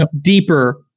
deeper